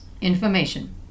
information